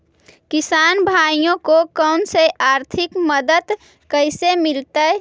किसान भाइयोके कोन से आर्थिक मदत कैसे मीलतय?